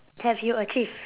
have you achieved